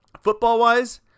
Football-wise